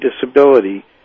disability